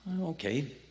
okay